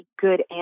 good